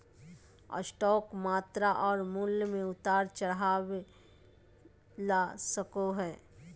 stock मात्रा और मूल्य में उतार चढ़ाव ला सको हइ